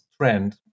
trend